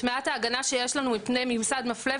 את מעט ההגנה שיש לנו מפני ממסד מפלה,